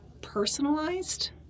personalized